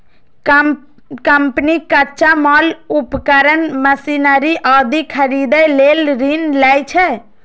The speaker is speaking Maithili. कंपनी कच्चा माल, उपकरण, मशीनरी आदि खरीदै लेल ऋण लै छै